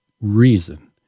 reason